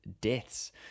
deaths